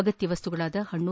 ಅಗತ್ತ ವಸ್ತುಗಳಾದ ಹಣ್ಣು